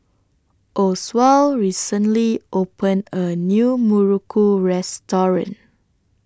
Oswald recently opened A New Muruku Restaurant